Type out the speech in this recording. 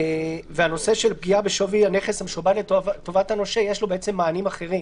ולנושא של פגיעה בשווי הנכס המשועבד לטובת הנושה יש מענים אחרים.